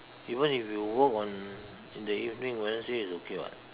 even if you work on in the evening Wednesday is okay [what]